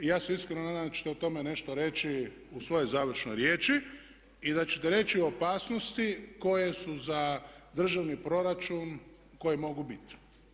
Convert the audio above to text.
Ja se iskreno nadam da ćete o tome nešto reći u svojoj završnoj riječi i da ćete reći opasnosti koje za državni proračun mogu biti.